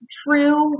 true